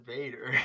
Vader